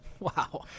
Wow